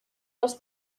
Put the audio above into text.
los